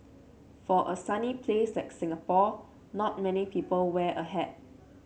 for a sunny place like Singapore not many people wear a hat